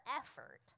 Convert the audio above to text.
effort